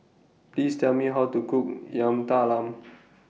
Please Tell Me How to Cook Yam Talam